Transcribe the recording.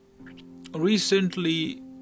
recently